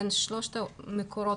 בין שלושת מקורות,